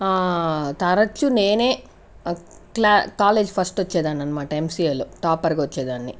తరచూ నేనే క్లా కాలేజీ ఫస్ట్ వచ్చేదాననమాట ఎంసీఏలో టాపర్గా వచ్చేదాన్ని